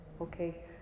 Okay